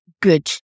good